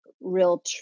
real